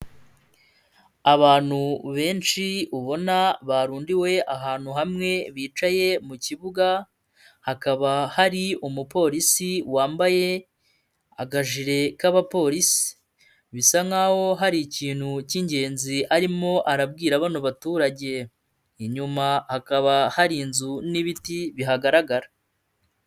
Abantu benshi ubona barundiwe ahantu hamwe bicaye mu kibuga hakaba hari umupolisi wambaye akajire k'abapolisi, bisa nkaho hari ikintu cy'ingenzi arimo arabwira bano baturage, inyuma hakaba hari inzu n'ibiti bihagaragara.